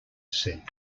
said